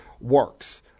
works